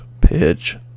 pitch